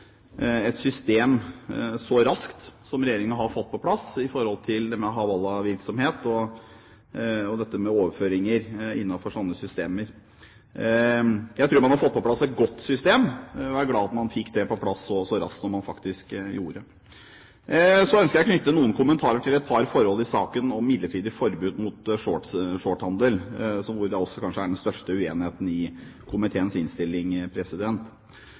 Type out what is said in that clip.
et system så raskt som regjeringen har gjort når det gjelder hawala-virksomhet og dette med overføringer innenfor sånne systemer. Jeg tror man har fått på plass et godt system, og er glad for at man fikk det på plass så raskt som man faktisk gjorde. Så ønsker jeg å knytte noen kommentarer til et par forhold i saken om midlertidig forbud mot shorthandel, hvor det kanskje er den største uenigheten i komiteens innstilling.